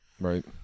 Right